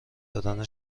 دادن